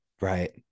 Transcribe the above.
Right